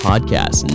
Podcast